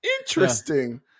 Interesting